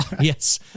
Yes